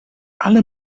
alle